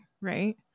right